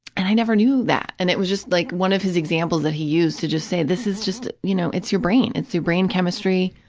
and i never knew that, and it was just like one of his examples that he used to just say, this is just, you know, it's your brain, it's your brain chemistry,